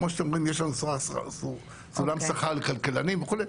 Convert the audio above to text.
כמו שאתם רואים, יש לנו סולם שכר לכלכלנים וכו'.